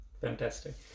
fantastic